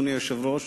אדוני היושב-ראש,